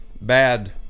Bad